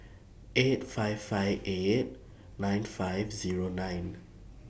eight five five eight nine five Zero nine